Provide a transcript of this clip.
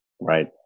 right